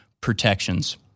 protections